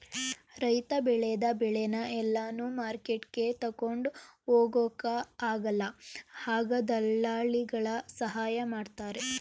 ರೈತ ಬೆಳೆದ ಬೆಳೆನ ಎಲ್ಲಾನು ಮಾರ್ಕೆಟ್ಗೆ ತಗೊಂಡ್ ಹೋಗೊಕ ಆಗಲ್ಲ ಆಗ ದಳ್ಳಾಲಿಗಳ ಸಹಾಯ ಮಾಡ್ತಾರೆ